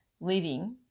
living